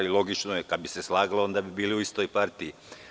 Logično je kada bi se slagali onda bi bili u istoj partiji.